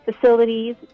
facilities